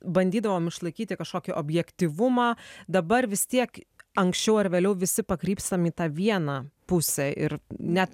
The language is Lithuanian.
bandydavom išlaikyti kažkokį objektyvumą dabar vis tiek anksčiau ar vėliau visi pakrypstam į tą vieną pusę ir net